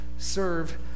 serve